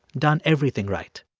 done everything right.